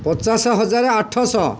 ପଚାଶ ହଜାର ଆଠଶହ